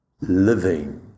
living